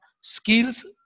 skills